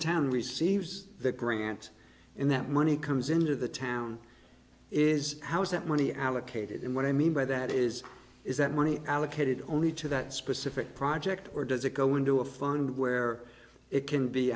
town receives the grant and that money comes into the town is how is that money allocated and what i mean by that is is that money allocated only to that specific project or does it go into a fund where it can be